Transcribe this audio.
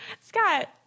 Scott